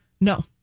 No